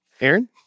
Aaron